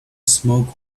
smoke